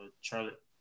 Charlotte